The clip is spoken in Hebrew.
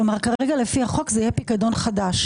כלומר, כרגע, לפי החוק זה יהיה פיקדון חדש,